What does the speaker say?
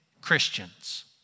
Christians